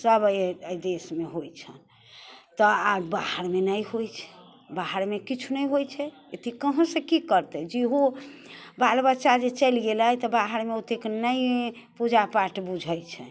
सब अइ देशमे होइ छै तऽ आओर बाहरमे नहि होइ छै बाहरमे किछु नहि होइ छै एते कहाँसँ की करतै जेहो बाल बच्चा जे चलि गेलै तऽ बाहरमे ओतेक नहि पूजापाठ बुझै छै